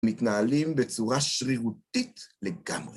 מתנהלים בצורה שרירותית לגמרי.